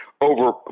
over